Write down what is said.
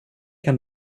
kan